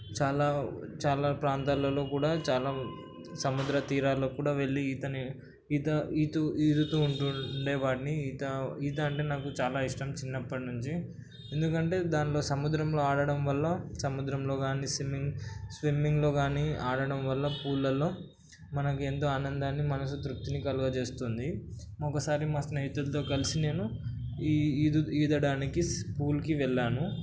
చాలా చాలా ప్రాంతాలలో కూడా చాలా సముద్ర తీరాలలో కూడా వెళ్ళే ఈత ఈత ఈదు ఈదుతూ ఉంటూ ఉండేవాడిని ఈత ఈత అంటే నాకు చాలా ఇష్టం చిన్నప్పటి నుంచి ఎందుకంటే దానిలో సముద్రంలో ఆడటం వల్ల సముద్రంలో కానీ స్విమ్మింగ్ స్విమ్మింగ్లో కానీ ఆడటం వల్ల పూల్లలో మనకి ఎంతో ఆనందాన్ని మనసు తృప్తిని కలుగజేస్తుంది ఒకసారి మా స్నేహితులతో కలిసి నేను ఈదడానికి పూల్కి వెళ్ళాను